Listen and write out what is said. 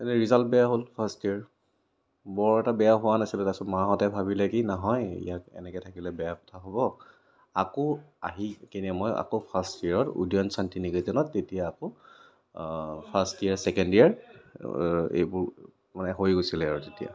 তাতে ৰিজাল্ট বেয়া হল ফাৰ্স্ট ইয়েৰ বৰ এটা বেয়া হোৱা নাছিল তাৰপিছত মাহঁতে ভাবিলে কি নহয় ইয়াক এনেকৈ থাকিলে বেয়া কথা হ'ব আকৌ আহি কেনে মই আকৌ ফাৰ্স্ট ইয়েৰত উদয়ন শান্তি নিকেতনত তেতিয়া আকৌ ফাৰ্স্ট ইয়েৰ ছেকেণ্ড ইয়েৰ এইবোৰ মানে হৈ গৈছিলে আৰু তেতিয়া